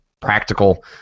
practical